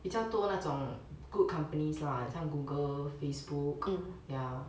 比较多那种 good companies lah 很像 google facebook ya